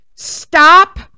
stop